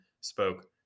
spoke